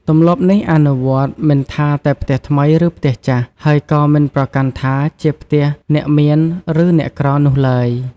ទម្លាប់នេះអនុវត្តមិនថាតែផ្ទះថ្មី ឬផ្ទះចាស់ ហើយក៏មិនប្រកាន់ថាជាផ្ទះអ្នកមានឬអ្នកក្រនោះឡើយ។